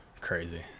crazy